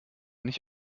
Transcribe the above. nicht